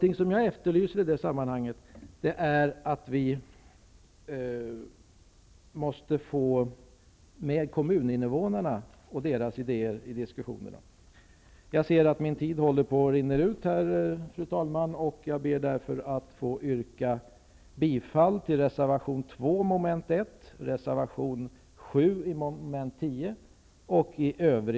I detta sammanhang efterlyser jag kommuninnevånarna och deras idéer i diskussionen. Fru talman! Jag ser att min taletid håller på att ta slut. Jag vill därför yrka bifall till reservation 2